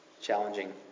Challenging